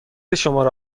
شماره